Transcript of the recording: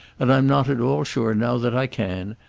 and i'm not at all sure now that i can.